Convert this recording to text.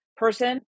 Person